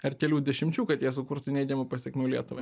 ar kelių dešimčių kad jie sukurtų neigiamų pasekmių lietuvai